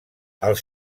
als